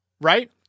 right